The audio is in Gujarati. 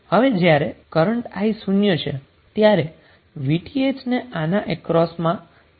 હવે જ્યારે કરન્ટ i શુન્ય છે ત્યારે VTh ને આના અક્રોસ માં સીધી રીતે લાગુ પડવો જોઈએ